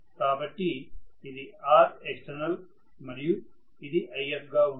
కాబట్టి ఇది Rexternal మరియు ఇది IF గా ఉంటుంది